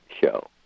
show